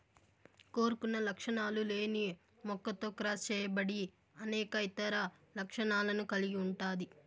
కోరుకున్న లక్షణాలు లేని మొక్కతో క్రాస్ చేయబడి అనేక ఇతర లక్షణాలను కలిగి ఉంటాది